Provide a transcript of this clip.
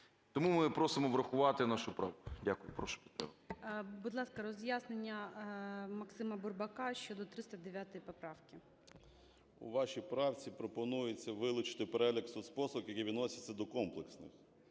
Тому ми просимо врахувати нашу правку. Дякую.